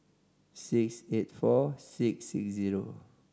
six eight four six six zero